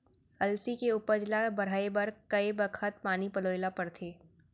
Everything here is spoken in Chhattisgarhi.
अलसी के उपज ला बढ़ए बर कय बखत पानी पलोय ल पड़थे?